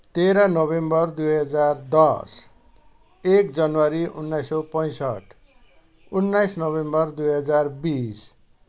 तेह्र नोभेम्बर दुई हजार दस एक जनवरी उन्नाइस सय पैसठ उन्नाइस नोभेम्बर दुई हजार बिस